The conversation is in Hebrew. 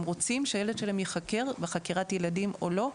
רוצים שהילד שלהם ייחקר בחקירת ילדים או לא.